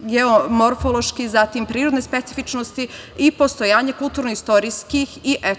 geomorfološki, zatim prirodne specifičnosti i postojanje kulturno-istorijskih i etnoloških